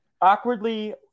awkwardly